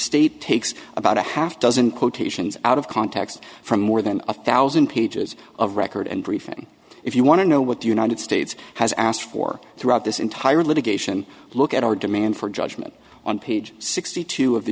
state takes about a half dozen quotations out of context from more than a thousand pages of record and briefing if you want to know what the united states has asked for throughout this entire litigation look at our demand for judgment on page sixty two of the